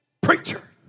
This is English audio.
preacher